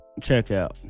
checkout